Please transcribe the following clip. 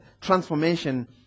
transformation